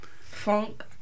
Funk